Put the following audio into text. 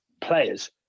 players